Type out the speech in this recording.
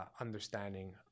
understanding